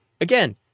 again